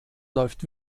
läuft